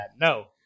No